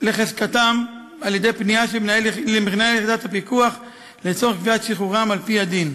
לחזקתם על-ידי פנייה למנהל יחידת הפיקוח לצורך קביעת שחרורם על-פי הדין.